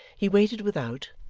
he waited without,